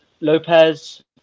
Lopez